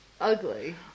ugly